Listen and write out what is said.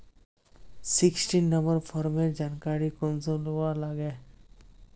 Sixteen number farmer जानकारी कुंसम लुबा लागे?